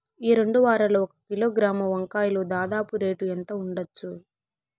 ఈ రెండు వారాల్లో ఒక కిలోగ్రాము వంకాయలు దాదాపు రేటు ఎంత ఉండచ్చు?